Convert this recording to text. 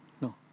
No